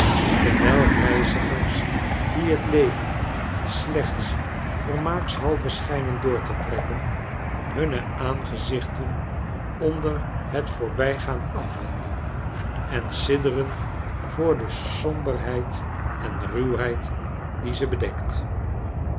terwijl reizigers die het leven slechts vermaakshalve schijnen door te trekken hunne aangezichten onder het voorbijgaan afwenden en sidderen voor de somberheict en ruwheid die ze bedekt